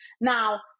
Now